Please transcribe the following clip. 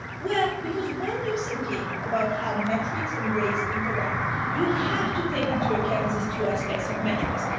well, because when you're thinking about how metrics and race interact, you have to take into account these two aspects of metrics.